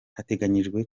hatangajwe